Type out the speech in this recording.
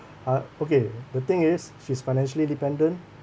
uh okay the thing is she's financially dependent